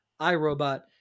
iRobot